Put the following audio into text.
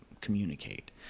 communicate